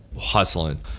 hustling